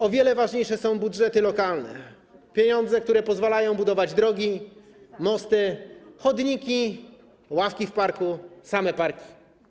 O wiele ważniejsze są budżety lokalne, czyli pieniądze, które pozwalają budować drogi, mosty, chodniki, ławki w parku, same parki.